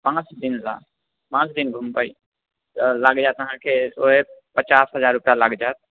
पाँच दिनलए पाँच दिन घुमबै तऽ लागि जाएत अहाँके पचास हजार रुपैआ लागि जाएत